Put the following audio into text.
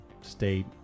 state